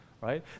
right